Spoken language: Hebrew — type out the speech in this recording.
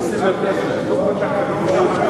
יש עוד ארבעה דוברים אחריו.